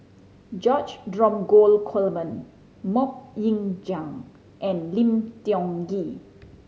George Dromgold Coleman Mok Ying Jang and Lim Tiong Ghee